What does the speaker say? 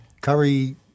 curry